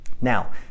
Now